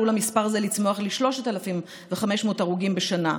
עלול המספר הזה לצמוח ל-3,500 הרוגים בשנה,